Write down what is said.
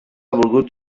volgut